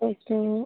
okay